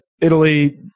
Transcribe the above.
Italy